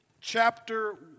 chapter